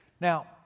Now